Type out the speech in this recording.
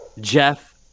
Jeff